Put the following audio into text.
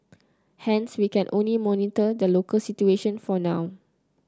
hence we can only monitor the local situation for now